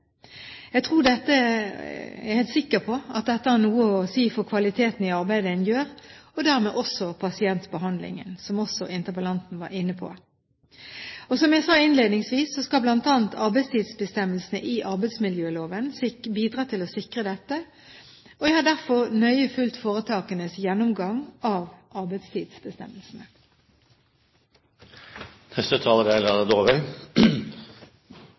Jeg er helt sikker på at dette har noe å si for kvaliteten i arbeidet en gjør, og dermed også for pasientbehandlingen – som også interpellanten var inne på. Som jeg sa innledningsvis, skal bl.a. arbeidstidsbestemmelsene i arbeidsmiljøloven bidra til å sikre dette, og jeg har derfor nøye fulgt foretakenes gjennomgang av arbeidstidsbestemmelsene. Jeg takker statsråden for svaret. Det er